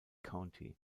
county